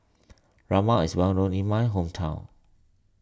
Rajma is well known in my hometown